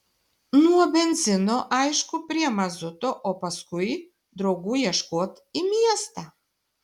nuo benzino aišku prie mazuto o paskui draugų ieškot į miestą